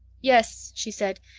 yes, she said,